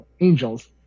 angels